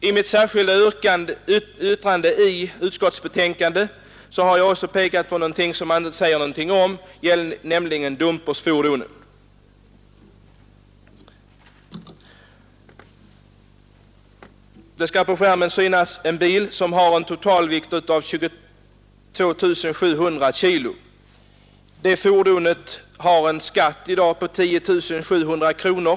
I mitt särskilda yttrande till utskottets betänkande har jag även pekat på överlastning av s.k. dumpersfordon, På kammarens TV-skärm visar jag nu en bild av en bil med en totalvikt av 22 700 kg. För denna bil betalas i dag en fordonsskatt på 10 700 kronor.